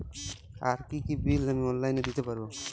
আর কি কি বিল আমি অনলাইনে দিতে পারবো?